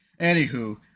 Anywho